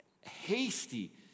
hasty